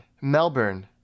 Melbourne